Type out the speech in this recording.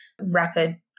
rapid